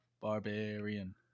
barbarian